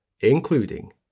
including